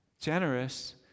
Generous